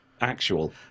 actual